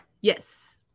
Yes